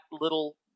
little